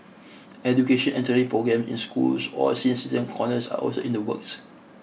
education and training programme in schools or senior citizen corners are also in the works